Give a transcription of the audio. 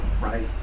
right